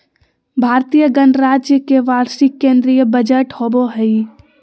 भारतीय गणराज्य के वार्षिक केंद्रीय बजट होबो हइ